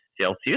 Celsius